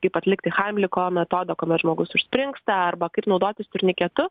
kaip atlikti haimliko metodą kuomet žmogus užspringsta arba kaip naudotis turniketu